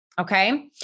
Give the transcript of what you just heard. Okay